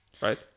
right